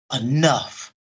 enough